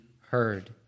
heard